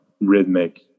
rhythmic